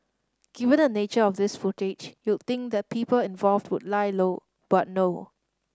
given the nature of this footage you'd think the people involved would lie low but no